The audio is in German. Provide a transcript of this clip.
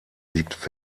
liegt